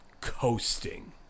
coasting